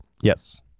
Yes